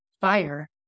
fire